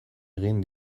egin